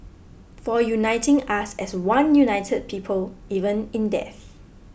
for uniting us as one united people even in death